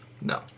No